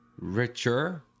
richer